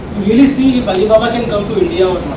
really see if alibaba can come to